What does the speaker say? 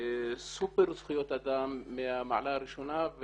סופר זכויות אדם מהמעלה הראשונה.